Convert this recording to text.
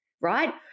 right